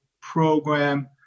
program